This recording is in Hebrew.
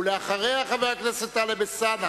אחריה, חבר הכנסת טלב אלסאנע,